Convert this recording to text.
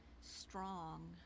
strong